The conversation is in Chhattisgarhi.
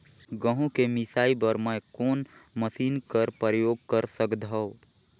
गहूं के मिसाई बर मै कोन मशीन कर प्रयोग कर सकधव?